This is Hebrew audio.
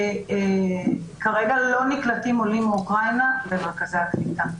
כרגע לא נקלטים עולים מאוקראינה למרכזי הקליטה.